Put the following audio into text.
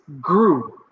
grew